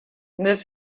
this